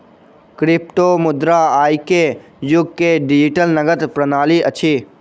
क्रिप्टोमुद्रा आई के युग के डिजिटल नकद प्रणाली अछि